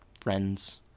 Friends